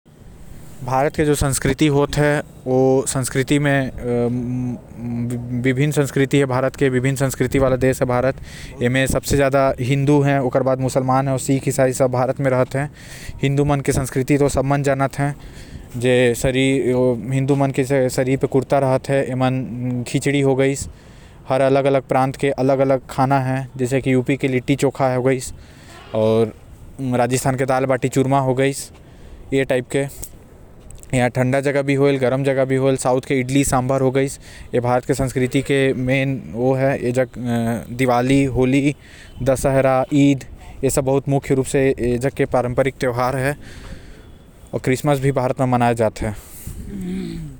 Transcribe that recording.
भारत के जो संस्कृति है उमा विभिन्न प्रकार के संस्कृति होएल जैसे पंजाबी गुजरती तमिल मराठी छत्तीसगढ़ी हिंदी आऊ आजकल धीरे धीरे अंग्रेजी भी चलन म आए है। साथ ही बहुत सारा अलग अलग संस्कृति के हिसाब से खाना भी अलग अलग प्रकार के होएल जैसे जलेबी कचौड़ी पराठा दाल चावल आऊ समोसा मैगी।